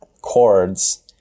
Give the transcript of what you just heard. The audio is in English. chords